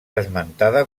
esmentada